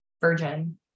virgin